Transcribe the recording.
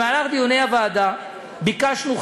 בדיוני הוועדה ביקשנו,